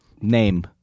name